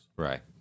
Right